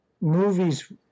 movies